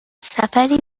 سفری